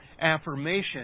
affirmation